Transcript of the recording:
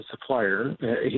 supplier